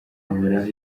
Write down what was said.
ahoraho